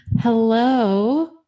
Hello